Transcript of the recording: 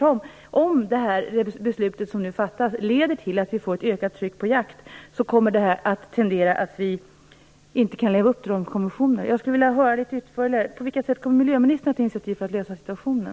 Om beslutet leder till att det blir ett ökat tryck på jakt, kommer det nämligen att innebära att vi inte kan leva upp till konventionerna. Jag vill höra litet mera utförligt på vilket sätt miljöministern kommer att ta initiativ för att lösa situationen.